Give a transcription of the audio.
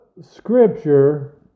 scripture